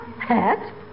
Hat